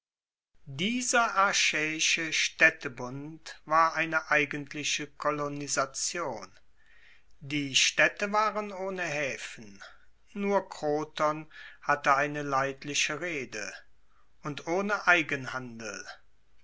dieser achaeische staedtebund war eine eigentliche kolonisation die staedte waren ohne haefen nur kroton hatte eine leidliche reede und ohne